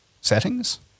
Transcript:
settings